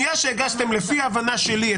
לפי ההבנה שלי,